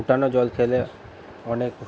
ফুটানো জল খেলে অনেক